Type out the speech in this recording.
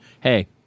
hey